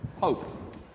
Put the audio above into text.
Hope